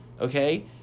okay